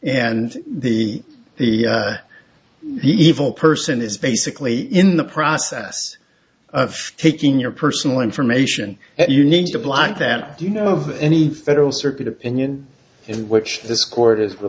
the the evil person is basically in the process of taking your personal information that you need to block that you know of any federal circuit opinion in which this court is